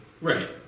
right